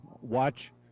watch